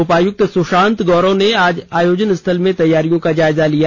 उपायुक्त सुशांत गौरव ने आज आयोजन स्थल में तैयारियों का जायजा लिया